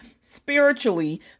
spiritually